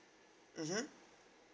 mmhmm